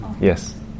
Yes